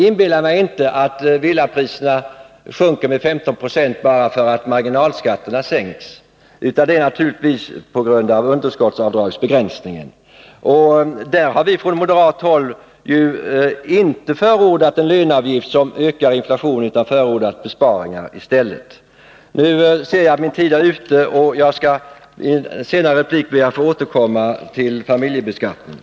Försök inte inbilla mig att villapriserna sjunker med 15 96 bara därför att marginalskatterna sänks, utan det är naturligtvis på grund av underskottsavdragsbegränsningen. Vi har heller inte från moderat håll förordat en löneavgift som ökar inflationen utan besparingar i stället. Nu ser jag att min tid är ute. I en senare replik ber jag att få återkomma till familjebeskattningen.